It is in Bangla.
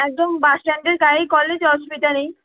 একদম বাসস্ট্যান্ডের গায়েই কলেজ অসুবিধা নেই